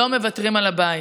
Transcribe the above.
לא מוותרים על הבית.